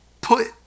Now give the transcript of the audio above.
put